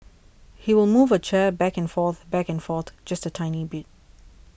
he will move a chair back and forth back and forth just a tiny bit